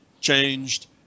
changed